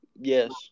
yes